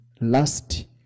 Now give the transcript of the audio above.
last